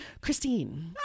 Christine